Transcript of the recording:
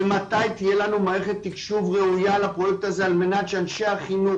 ומתי תהיה לנו מערכת תקשוב ראויה לפרויקט על מנת שאנשי החינוך,